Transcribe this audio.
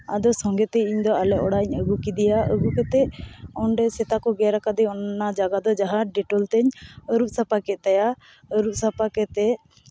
ᱟᱫᱚ ᱥᱚᱸᱜᱮᱛᱮ ᱤᱧᱫᱚ ᱟᱞᱮ ᱚᱲᱟᱜ ᱤᱧ ᱟᱹᱜᱩ ᱠᱮᱫᱮᱭᱟ ᱟᱹᱜᱩ ᱠᱟᱛᱮᱫ ᱚᱸᱰᱮ ᱥᱮᱛᱟ ᱠᱚ ᱜᱮᱨ ᱠᱟᱫᱮ ᱚᱱᱟ ᱡᱟᱭᱜᱟ ᱫᱚ ᱡᱟᱦᱟᱸ ᱰᱮᱴᱚᱞ ᱛᱤᱧ ᱟᱹᱨᱩᱵᱽ ᱥᱟᱯᱷᱟ ᱠᱮᱫ ᱛᱟᱭᱟ ᱟᱹᱨᱩᱵ ᱥᱟᱯᱷᱟ ᱠᱟᱛᱮᱫ